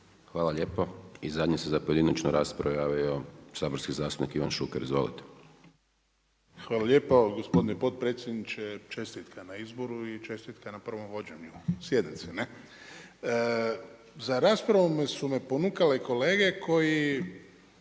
Hvala lijepo. I zadnji za pojedinačnu raspravu javi saborski zastupnik Ivan Šuker. Izvolite. **Šuker, Ivan (HDZ)** Hvala lijepo gospodine potpredsjedniče. Čestitka na izboru i čestitka na prvom vođenju sjednice. Za raspravu su me ponukale kolege koji